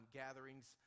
gatherings